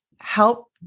help